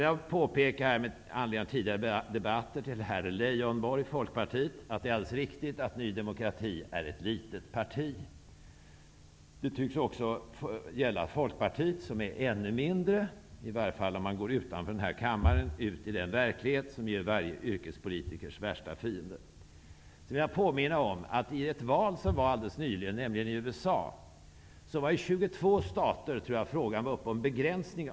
Med anledning av den tidigare debatten vill jag påpeka för herr Leijonborg, Folkpartiet, att det är alldeles riktigt att Ny demokrati är ett litet parti. Det tycks också gälla Folkpartiet, som är ännu mindre -- i alla fall om man går utanför den här kammaren till den verklighet som är varje yrkespolitikers värsta fiende. Jag vill påminna om att i samband med valet i USA nyligen var frågan om begränsing av politikers mandat uppe i 22 stater.